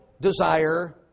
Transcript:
desire